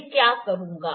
मैं कया करूँगा